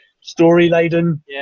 story-laden